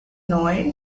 neu